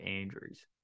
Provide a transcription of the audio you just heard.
Andrews